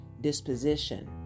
disposition